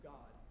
God